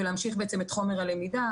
ולהמשיך בעצם את חומר הלמידה,